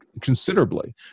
considerably